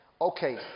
Okay